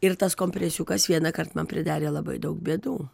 ir tas kompresiukas vienąkart man pridarė labai daug bėdų